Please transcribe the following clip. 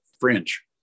French